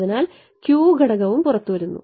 അതിനാൽ Q ഘടകവും പുറത്തുവരുന്നു